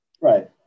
right